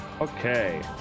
okay